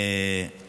את